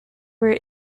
were